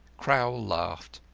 crowl laughed.